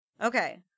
okay